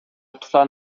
пса